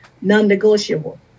non-negotiable